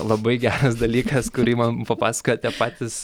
labai geras dalykas kurį man papasakojo tie patys